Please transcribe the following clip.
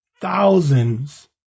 thousands